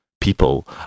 people